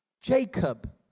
Jacob